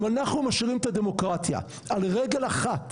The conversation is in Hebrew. אם אנחנו משאירים את הדמוקרטיה על רגל אחת